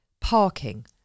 parking